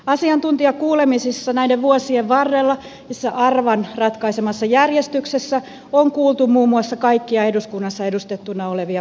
asiantuntijakuulemisissa näiden vuosien varrella arvan ratkaisemassa järjestyksessä on kuultu muun muassa kaikkia eduskunnassa edustettuina olevia puolueita